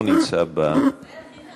לא נמצא במליאה.